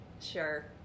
Sure